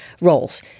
roles